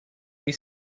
you